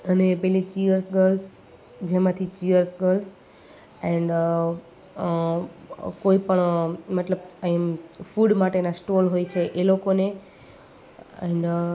અને પેલી cheers girls જેમાંથી ચીઅરસ ગર્લ્સ ઍન્ડ કોઈ પણ મતલબ ફૂડ માટેના સ્ટોલ હોય છે એ લોકોને ઍન્ડ